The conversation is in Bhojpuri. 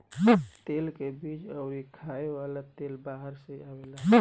तेल के बीज अउरी खाए वाला तेल बाहर से आवेला